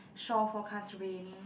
shore forecast rain